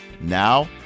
Now